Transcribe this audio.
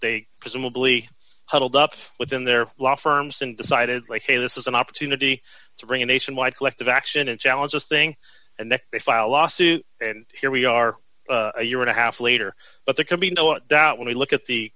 they presumably huddled up within their law firms and decided like hey this is an opportunity to bring a nationwide collective action and challenge this thing and then they file a lawsuit and here we are a year and a half later but there can be no doubt when we look at the